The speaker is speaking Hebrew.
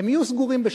יהיו סגורים בשבת.